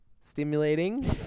stimulating